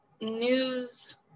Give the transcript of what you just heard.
news